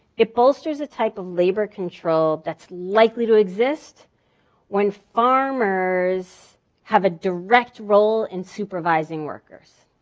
it bolsters a type of labor control that's likely to exist when farmers have a direct role in supervising workers.